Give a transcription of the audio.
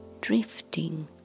drifting